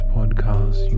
podcast